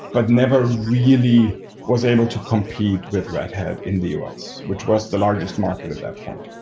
but never really was able to compete with red hat in the us, which was the largest market at that point.